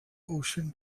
ocean